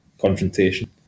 confrontation